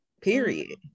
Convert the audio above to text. period